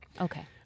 Okay